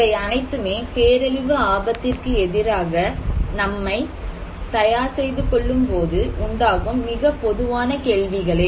இவை அனைத்துமே பேரழிவு ஆபத்திற்கு எதிராக நம்மை தயார் செய்து கொள்ளும்போது உண்டாகும் மிகப் பொதுவான கேள்விகளே